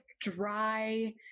dry